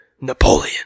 Napoleon